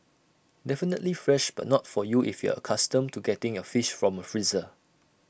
definitely fresh but not for you if you're accustomed to getting your fish from A freezer